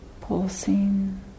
pulsing